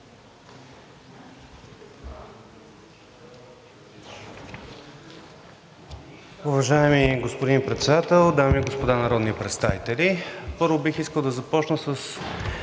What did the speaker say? Уважаеми господин Председател, дами и господа народни представители! Първо, бих искал да започна с